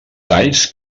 talls